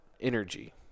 energy